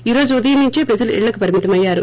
ఈ రోజు ఉదయం నుంచే ప్రజలు ఇళ్లకు పరిమితమయ్యారు